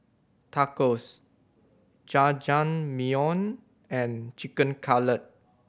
Tacos Jajangmyeon and Chicken Cutlet